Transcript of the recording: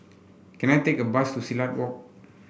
can I take a bus to Silat Walk